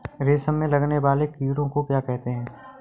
रेशम में लगने वाले कीड़े को क्या कहते हैं?